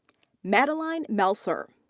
madeleine melcer.